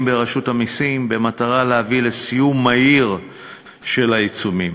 ברשות המסים במטרה להביא לסיום מהיר של העיצומים.